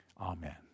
Amen